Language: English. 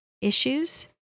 issues